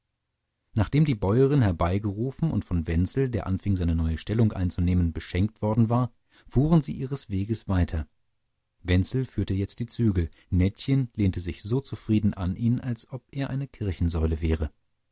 nachdem die bäuerin herbeigerufen und von wenzel der anfing seine neue stellung einzunehmen beschenkt worden war fuhren sie ihres weges weiter wenzel führte jetzt die zügel nettchen lehnte sich so zufrieden an ihn als ob er eine kirchensäule wäre